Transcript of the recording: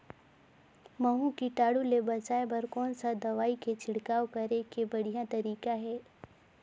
महू कीटाणु ले बचाय बर कोन सा दवाई के छिड़काव करे के बढ़िया तरीका हे?